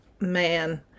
man